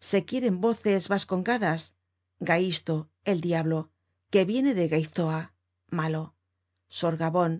se quieren voces vascongadas gahisto el diablo que viene de gaiztoa malo sorgabon